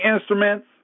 instruments